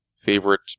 Favorite